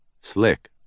Slick